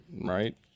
right